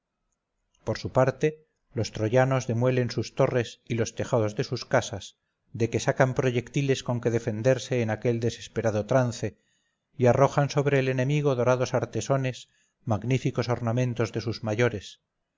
por su parte los troyanos demuelen sus torres y los tejados de sus casas de que sacan proyectiles con que defenderse en aquel desesperado trance y arrojan sobre el enemigo dorados artesones magníficos ornamentos de sus mayores